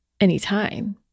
anytime